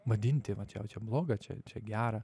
vadinti vat čia jau čia bloga čia čia gera